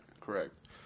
correct